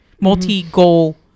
multi-goal